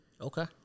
Okay